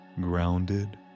Grounded